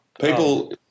people